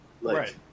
Right